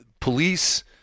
police